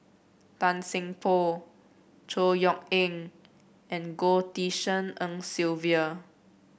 Tan Seng Poh Chor Yeok Eng and Goh Tshin En Sylvia